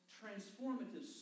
transformative